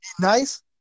Nice